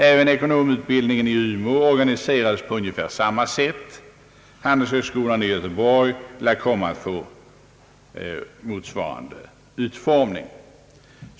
Även ekonomutbildningen i Umeå organiserades på ungefär samma sätt. Handelshögskolan i Göteborg lär komma att få motsvarande utformning.